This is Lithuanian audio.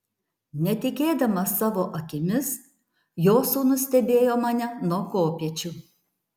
netikėdamas savo akimis jo sūnus stebėjo mane nuo kopėčių